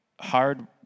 hard